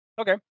Okay